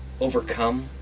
overcome